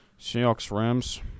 Seahawks-Rams